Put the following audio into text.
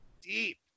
deep